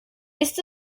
ist